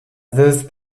veuve